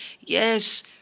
Yes